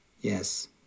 Yes